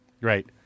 Right